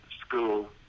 school